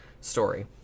story